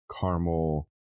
caramel